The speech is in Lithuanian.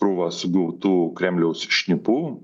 krūvą sugautų kremliaus šnipų